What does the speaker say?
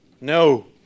No